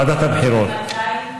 ועדת הבחירות.